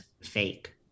fake